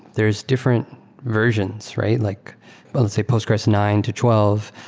there is different versions, right? like but let's say postgres nine to twelve.